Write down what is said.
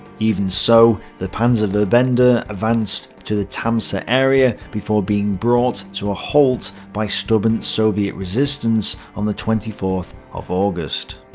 even so, the panzerverbande ah advanced to the tamsa area before being brought to a halt by stubborn soviet resistance on the twenty fourth of august.